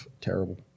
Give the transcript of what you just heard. Terrible